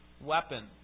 weapon